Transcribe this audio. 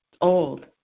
Old